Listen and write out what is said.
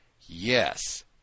yes